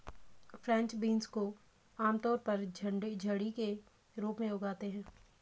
French beans को आमतौर पर झड़ी के रूप में उगाते है